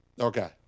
okay